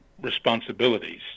responsibilities